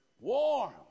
Warm